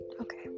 Okay